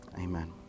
amen